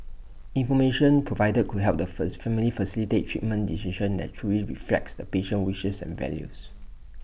information provided could help the first family facilitate treatment decisions that truly reflects the patient's wishes and values